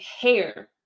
hair